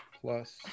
plus